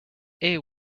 air